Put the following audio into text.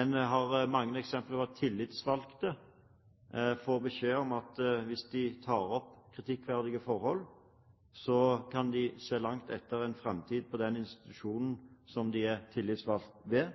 En har mange eksempler med tillitsvalgte som får beskjed om at hvis de tar opp kritikkverdige forhold, kan de se langt etter en framtid på den institusjonen som de er tillitsvalgt ved.